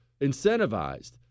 incentivized